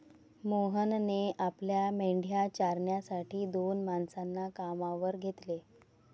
मोहनने आपल्या मेंढ्या चारण्यासाठी दोन माणसांना कामावर घेतले